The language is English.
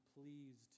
pleased